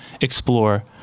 explore